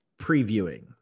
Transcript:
previewing